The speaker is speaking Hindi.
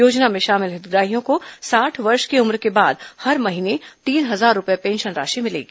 योजना में शामिल हितग्राहियों को साठ वर्ष की उम्र के बाद हर महीने तीन हजार रुपए पेंशन राशि मिलेगी